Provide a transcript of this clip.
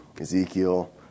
Ezekiel